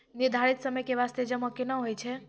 निर्धारित समय के बास्ते जमा केना होय छै?